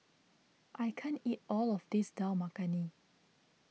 I can't eat all of this Dal Makhani